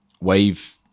wave